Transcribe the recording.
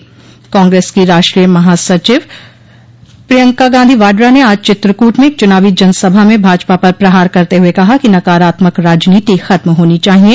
चुनाव प्रचार जोड़ कांग्रेस की राष्ट्रीय महासचिव प्रियंका गांधी वाड्रा ने आज चित्रकूट में एक चुनावी जनसभा में भाजपा पर प्रहार करते हुए कहा कि नकारात्मक राजनीति खत्म होनी चाहिये